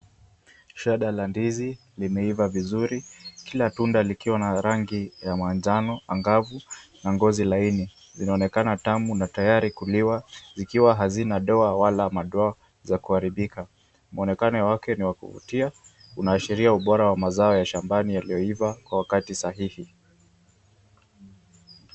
Shada la ndizi limeiva vizuri kila tunda likiwa na rangi ya manjano angavu na ngozi laini. Linaonekana tamu na tayari kuliwa zikiwa hazina doa wala madoa za kuharibika. Uonekano wake ni wa kuvutia . Unaashiria ubora wa mazao ya shambani yaliyoiva kwa wakati sahihi.